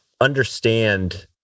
understand